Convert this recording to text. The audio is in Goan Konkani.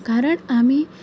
कारण आमी